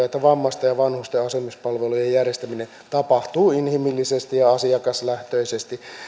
että vammaisten ja vanhusten asumispalvelujen järjestäminen tapahtuu inhimillisesti ja asiakaslähtöisesti